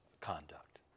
conduct